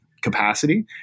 capacity